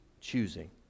choosing